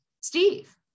Steve